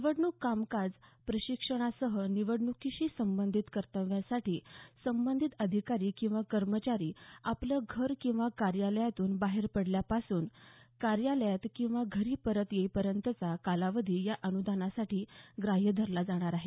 निवडणूक कामकाज प्रशिक्षणासह निवडणुकीशी संबंधित कर्तव्यासाठी संबंधित अधिकारी किंवा कर्मचारी आपलं घर किंवा कार्यालयातून बाहेर पडल्यापासून कार्यालयात किंवा घरी परत येईपर्यंतचा कालावधी या अनुदानासाठी ग्राह्य धरला जाणार आहे